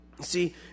See